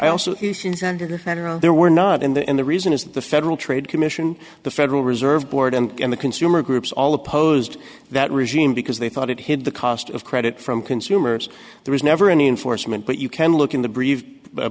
i also there were not in the end the reason is the federal trade commission the federal reserve board and the consumer groups all opposed that regime because they thought it hid the cost of credit from consumers there was never any enforcement but you can look in the